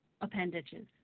appendages